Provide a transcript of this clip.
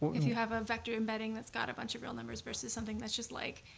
if you have a vector embedding that's got a bunch of real numbers versus something that's just like,